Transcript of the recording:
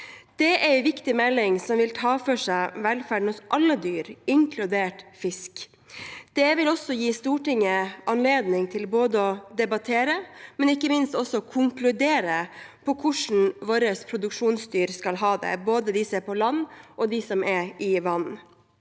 Det er en viktig melding som vil ta for seg velferden hos alle dyr, inkludert fisk. Det vil gi Stortinget anledning til både å debattere og ikke minst konkludere hvordan våre produksjonsdyr skal ha det, både de som er på land, og de som er i vann.